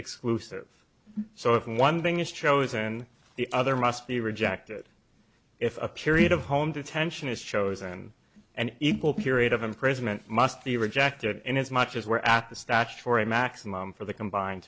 exclusive so if one thing is chosen the other must be rejected if a period of home detention is chosen an equal period of imprisonment must be rejected in as much as we're at the statutory maximum for the combined